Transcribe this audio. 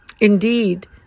indeed